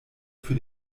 für